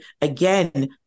again